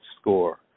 score